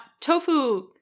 tofu